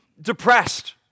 depressed